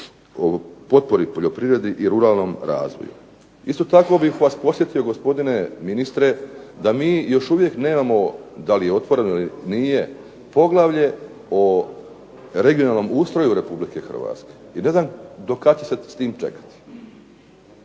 o potpori poljoprivredi i ruralnom razvoju. Isto tako bih vas podsjetio gospodine ministre da mi još uvijek nemamo da li je otvoreno ili nije poglavlje o regionalnom ustroju Republike Hrvatske, i ne znam do kad će se s tim čekati.